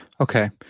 Okay